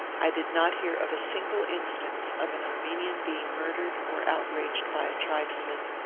i did not hear of a single instance of an armenian being murdered or outraged by a tribesman,